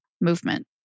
movement